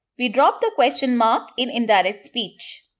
we drop the question mark in indirect speech.